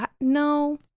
No